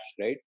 right